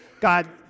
God